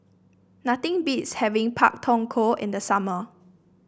nothing beats having Pak Thong Ko in the summer